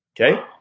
Okay